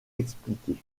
expliqués